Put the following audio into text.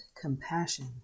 compassion